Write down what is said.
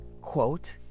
quote